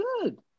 good